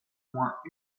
moins